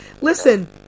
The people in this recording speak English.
listen